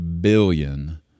billion